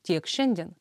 tiek šiandien